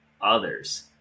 others